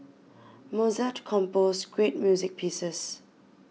Mozart composed great music pieces